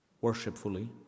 worshipfully